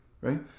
right